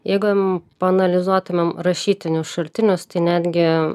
jeigu paanalizuotumėm rašytinius šaltinius tai netgi